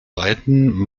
beiden